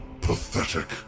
Pathetic